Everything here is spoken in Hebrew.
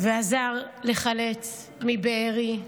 ועזר לחלץ מבארי,